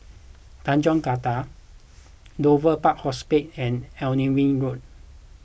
Tanjong Katong Dover Park Hospice and Alnwick Road